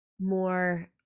more